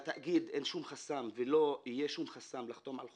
לתאגיד אין שום חסם ולא יהיה שום חסם לחתום על חוזים,